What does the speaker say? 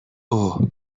اوه